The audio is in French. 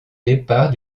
départ